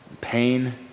pain